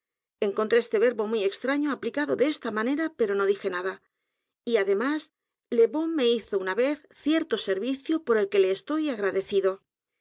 encontré este verbo muy extraño aplicado de esta manera pero no dije n a d a y además le bon me hizo una vez cierto servicio por el que le estoy agradecido